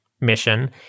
mission